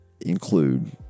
include